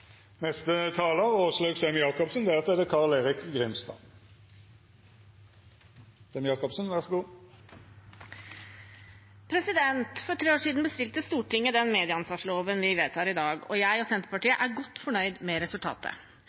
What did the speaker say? For tre år siden bestilte Stortinget den medieansvarsloven vi vedtar i dag, og jeg og Senterpartiet er godt fornøyd med resultatet.